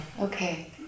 Okay